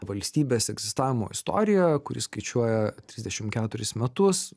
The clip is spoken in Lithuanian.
valstybės egzistavimo istoriją kuri skaičiuoja trisdešim keturis metus